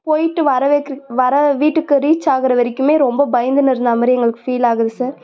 போய்ட்டு வர வைக்கிற வர வீட்டுக்கு ரீச் ஆகிற வரைக்குமே ரொம்ப பயந்துன்னு இருந்த மாரி எங்களுக்கு ஃபீல் ஆகுது சார்